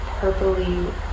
purpley